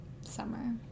Summer